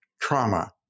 trauma